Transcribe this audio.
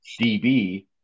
DB